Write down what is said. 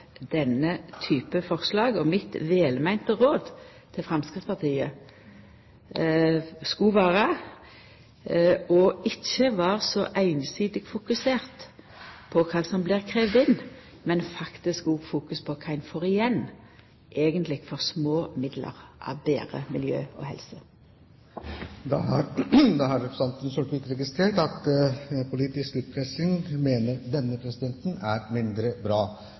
denne typen forslag. Mitt velmeinte råd til Framstegspartiet vil vera å ikkje vera så einsidig fokusert på kva som blir kravt inn, men faktisk òg fokusera på kva ein eigenleg får igjen av betre miljø og helse for små midlar.